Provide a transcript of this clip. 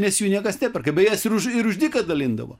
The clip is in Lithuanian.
nes jų niekas neperka beje jas ir už ir už dyką dalindavo